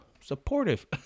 supportive